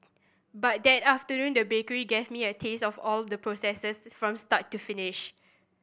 but that afternoon the bakery gave me a taste of all the processes from start to finish